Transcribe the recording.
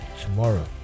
tomorrow